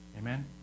Amen